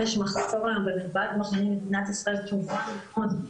יש מחסור היום במרפאות מחלימים במדינת ישראל - -(שיבושים טכניים בזום)